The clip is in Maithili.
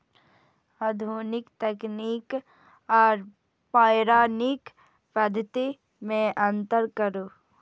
आधुनिक तकनीक आर पौराणिक पद्धति में अंतर करू?